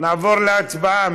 נעבור להצבעה.